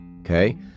Okay